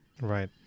Right